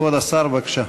כבוד השר, בבקשה.